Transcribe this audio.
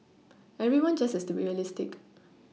everyone just has to be realistic